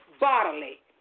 bodily